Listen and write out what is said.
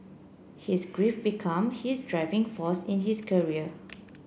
his grief become his driving force in his career